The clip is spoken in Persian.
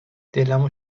دلمو